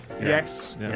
Yes